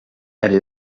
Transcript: elle